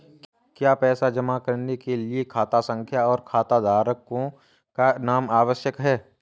क्या पैसा जमा करने के लिए खाता संख्या और खाताधारकों का नाम आवश्यक है?